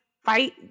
Fight